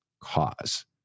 cause